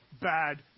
bad